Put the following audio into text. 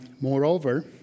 Moreover